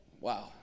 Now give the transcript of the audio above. Wow